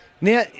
Now